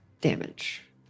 Damage